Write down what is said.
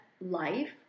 life